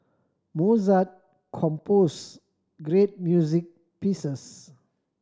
Mozart composed great music pieces